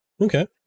okay